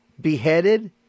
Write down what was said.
beheaded